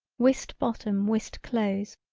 whist bottom whist close,